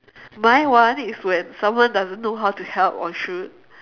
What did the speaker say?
my one is when someone doesn't know how to help or should